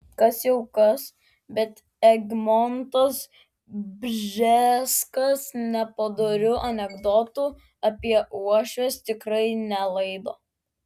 kas jau kas bet egmontas bžeskas nepadorių anekdotų apie uošves tikrai nelaido